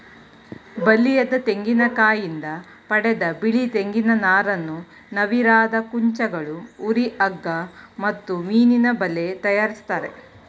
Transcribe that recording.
ಬಲಿಯದ ತೆಂಗಿನಕಾಯಿಂದ ಪಡೆದ ಬಿಳಿ ತೆಂಗಿನ ನಾರನ್ನು ನವಿರಾದ ಕುಂಚಗಳು ಹುರಿ ಹಗ್ಗ ಮತ್ತು ಮೀನಿನಬಲೆ ತಯಾರಿಸ್ತರೆ